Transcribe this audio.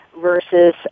versus